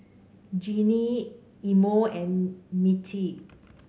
Jeannine Imo and Mittie